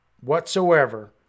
whatsoever